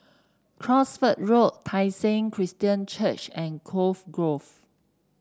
Cosford Road Tai Seng Christian Church and Cove Grove